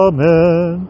Amen